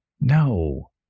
No